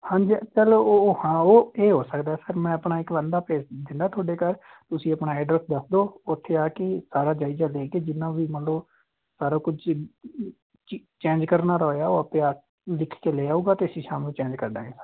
ਹਾਂਜੀ ਚਲੋ ਓ ਉਹ ਹਾਂ ਇਹ ਹੋ ਸਕਦਾ ਸਰ ਮੈਂ ਆਪਣਾ ਇੱਕ ਬੰਦਾ ਭੇਜ ਦਿੰਦਾ ਤੁਹਾਡੇ ਘਰ ਤੁਸੀਂ ਆਪਣਾ ਐਡਰੈਸ ਦੱਸ ਦਿਓ ਉੱਥੇ ਆ ਕੇ ਸਾਰਾ ਜਾਇਜਾ ਲੈ ਕੇ ਜਿੰਨਾ ਵੀ ਮਤਲਬ ਸਾਰਾ ਕੁਛ ਹੀ ਚੈਂਜ ਕਰਨ ਵਾਲਾ ਹੋਇਆ ਉਹ ਆਪੇ ਆ ਲਿਖ ਕੇ ਲੈ ਆਊਗਾ ਅਤੇ ਅਸੀਂ ਸ਼ਾਮ ਨੂੰ ਚੇਂਜ ਕਰ ਦਾਂਗੇ ਸਰ